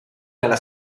nella